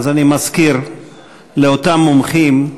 אני מזכיר לאותם מומחים,